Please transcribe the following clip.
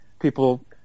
People